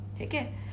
Okay